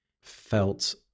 felt